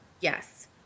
Yes